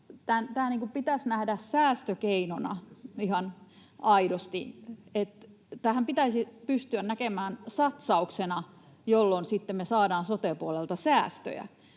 Tämä pitäisi nähdä säästökeinona ihan aidosti. Tämähän pitäisi pystyä näkemään satsauksena, jolloin sitten me saadaan sote-puolelta säästöjä,